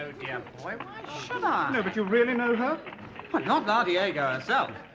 yeah why why should i? no but you really know her but not da diego herself.